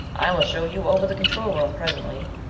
i will show you over the control room presently.